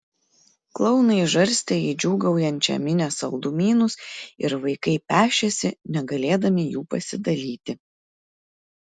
klounai žarstė į džiūgaujančią minią saldumynus ir vaikai pešėsi negalėdami jų pasidalyti